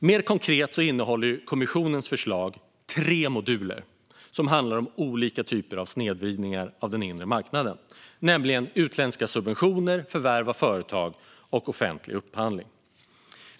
Mer konkret innehåller kommissionens förslag tre moduler som handlar om olika typer av snedvridningar av den inre marknaden, nämligen utländska subventioner, förvärv av företag och offentlig upphandling.